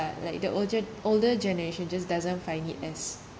like the older older generation just doesn't find it as